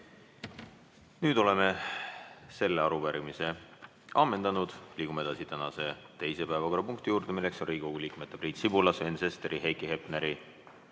Nüüd oleme selle arupärimise ammendanud. Liigume edasi tänase teise päevakorrapunkti juurde, milleks on Riigikogu liikmete Priit Sibula, Sven Sesteri, Heiki Hepneri,